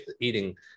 Eating